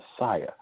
Messiah